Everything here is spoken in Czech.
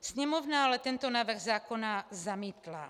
Sněmovna ale tento návrh zákona zamítla.